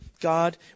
God